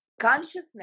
consciousness